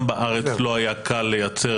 גם בארץ לא היה קל לייצר